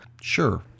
Sure